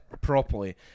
properly